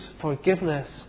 forgiveness